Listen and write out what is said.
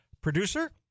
producer